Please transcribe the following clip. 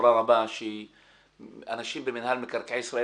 בחומרה רבה שאנשים במינהל מקרקעי ישראל